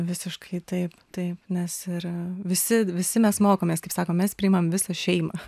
visiškai taip taip nes yra visi visi mes mokomės kaip sakom mes priimam visą šeimą